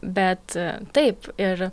bet taip ir